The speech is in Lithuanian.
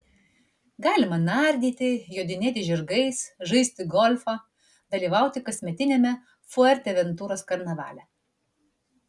galima nardyti jodinėti žirgais žaisti golfą dalyvauti kasmetiniame fuerteventuros karnavale